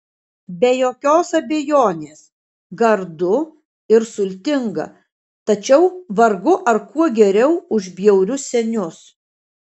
be jokios abejonės gardu ir sultinga tačiau vargu ar kuo geriau už bjaurius senius